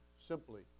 simply